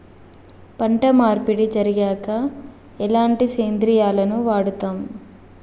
పంట మార్పిడి జరిగాక ఎలాంటి సేంద్రియాలను వాడుతం?